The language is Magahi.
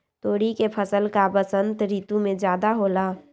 तोरी के फसल का बसंत ऋतु में ज्यादा होला?